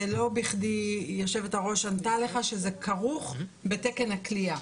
ולא בכדי היושבת-ראש ענתה לך שזה כרוך בתקן הכליאה.